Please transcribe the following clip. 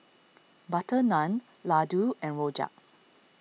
Butter Naan Laddu and Rojak